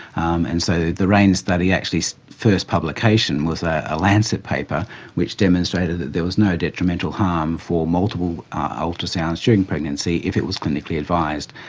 um and so the raine study's so first publication was a lancet paper which demonstrated that there was no detrimental harm for multiple ah ultrasounds during pregnancy if it was clinically advised,